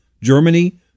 Germany